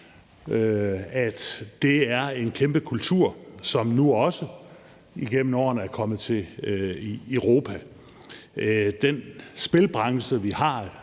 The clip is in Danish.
at det er en kæmpe kultur, som nu også igennem årene er kommet til Europa. Den spilbranche, vi har,